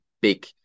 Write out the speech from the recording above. big